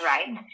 Right